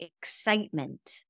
excitement